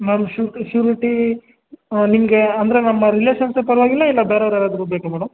ma'am ಶೂ surety ನಿಮಗೆ ಅಂದರೆ ಮ್ಯಾಮ್ ರಿಲೇಶನ್ಸೆ ಪರವಾಗಿಲ್ವಾ ಇಲ್ಲ ಬೇರೆ ಯಾರಾದರೂ ಬೇಕಾ ಮೇಡಮ್